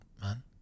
man